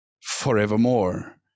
forevermore